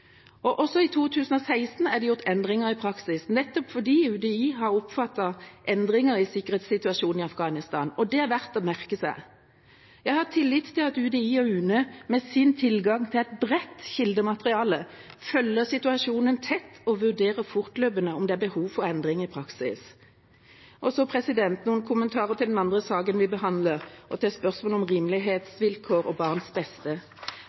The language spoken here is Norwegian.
Også i 2016 ble det gjort endringer av praksis, nettopp fordi UDI har oppfattet endringer i sikkerhetssituasjonen i Afghanistan. Det er verdt å merke seg. Jeg har tillit til at UDI og UNE, med sin tilgang til et bredt kildemateriale, følger situasjonen tett og vurderer fortløpende om det er behov for endring av praksis. Så noen kommentarer til den andre saken vi behandler, spørsmålet om rimelighetsvilkår og barns beste. Det er viktig å merke seg at hensynet til barns beste